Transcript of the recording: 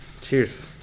Cheers